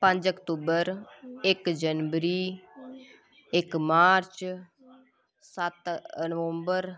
पंज अक्टूबर इक जनबरी इक मार्च सत्त नवंबर